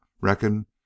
Reckon